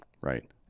Right